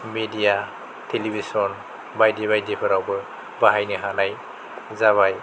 media television बायदि बायदि फोरावबो बाहायनो हानाय जाबाय